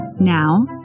Now